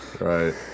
right